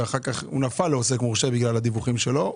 כי הוא נפל לעוסק מורשה בגלל הדיווחים שלו,